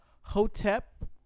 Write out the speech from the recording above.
Hotep